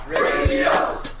Radio